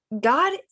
God